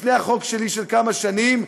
לפני החוק שלי מכמה שנים,